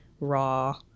raw